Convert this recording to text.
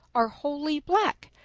or wholly black,